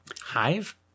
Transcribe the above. hive